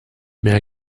mehr